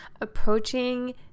approaching